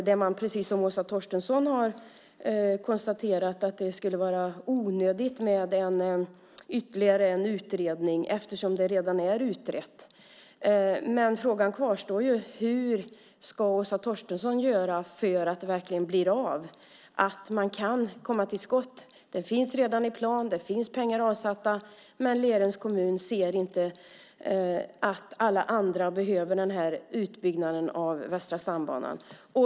Man har, precis som Åsa Torstensson, konstaterat att det skulle vara onödigt med ytterligare en utredning eftersom detta redan är utrett. Men frågan kvarstår: Vad ska Åsa Torstensson göra för att det verkligen ska bli av och att man kan komma till skott? Det finns redan i plan, och det finns pengar avsatta, men Lerums kommun ser inte att alla andra behöver den här utbyggnaden av Västra stambanan.